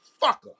fucker